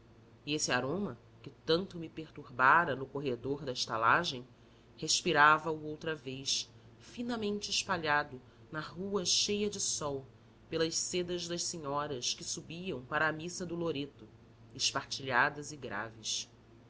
e esse aroma que tanto me perturbara no corredor da estalagem respirava o outra vez finamente espalhado na rua feita de sol pelas sedas das senhoras que subiam para a missa do loreto espartilhadas e graves